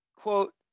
quote